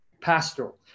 Pastoral